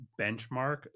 benchmark